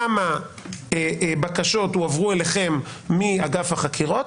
כמה בקשות הועברו אליכם מאגף החקירות?